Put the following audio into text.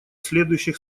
следующих